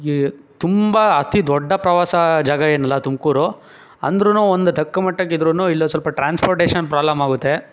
ಈ ತುಂಬ ಅತಿ ದೊಡ್ಡ ಪ್ರವಾಸ ಜಾಗ ಏನಲ್ಲ ತುಮಕೂರು ಅಂದ್ರು ಒಂದು ತಕ್ಕಮಟ್ಟಕ್ಕೆ ಇದ್ರೂ ಇಲ್ಲಿ ಒಂದು ಸ್ವಲ್ಪ ಟ್ರಾನ್ಸ್ಪೊರ್ಟೇಶನ್ ಪ್ರಾಲಮ್ ಆಗುತ್ತೆ